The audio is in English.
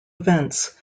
events